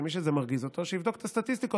מי שזה מרגיז אותו שיבדוק את הסטטיסטיקות